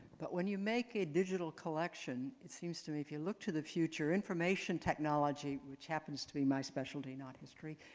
but when you make a digital collection, it seems to me if you look to the future information technology, which happens to be my specialty not history,